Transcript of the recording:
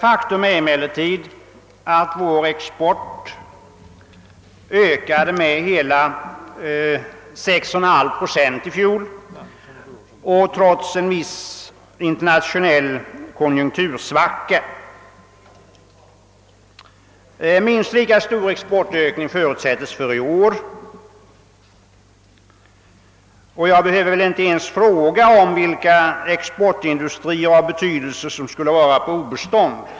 Faktum är emellertid att vår export ökade med hela 6,5 procent i fjol trots en internationell konjunktursvacka. Minst lika stor exportökning förutses för i år. Jag behöver väl inte fråga vilka exportindustrier av betydelse som skulle vara på obestånd.